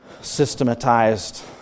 systematized